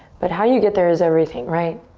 but how you get there is everything, right?